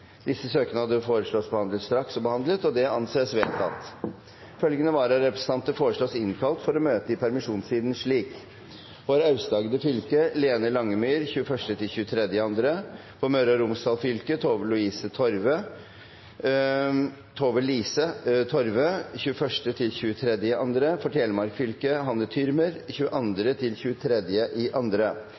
Følgende vararepresentanter innkalles for å møte i permisjonstiden slik: For Aust-Agder fylke: Lene Langemyr 21.–23. februar For Møre og Romsdal fylke: Tove-Lise Torve 21.–23. februar For Telemark fylke: Hanne